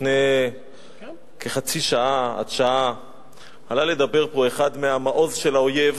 לפני כחצי שעה עד שעה עלה לדבר פה אחד מהמעוז של האויב,